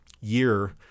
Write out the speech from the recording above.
year